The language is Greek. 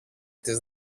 της